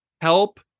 Help